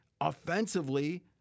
offensively